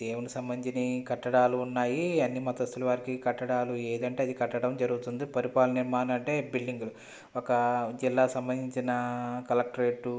దేవుని సంబంధించినవి కట్టడాలు ఉన్నాయి అన్ని మతస్తుల వారికి కట్టడాలు ఏది అంటే అది కట్టడం జరుగుతుంది పరిపాలన నిర్మాణ అంటే బిల్డింగ్లు ఒక జిల్లా సంబంధించిన కలెక్టరేటు